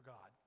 God